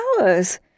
hours